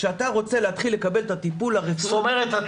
כשאתה רוצה להתחיל לקבל את הטיפול הרפואי -- זאת אומרת,